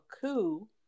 coup